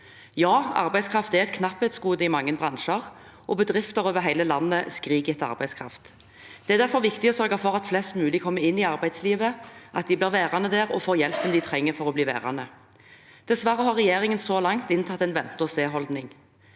Ja, arbeidskraft er et knapphetsgode i mange bransjer, og bedrifter over hele landet skriker etter arbeidskraft. Det er derfor viktig å sørge for at flest mulig kommer inn i arbeidslivet, at de blir værende der, og at de får den hjelpen de trenger for å bli værende. Dessverre har regjeringen så langt inntatt en vente-og-se-holdning.